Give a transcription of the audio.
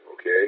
okay